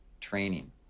training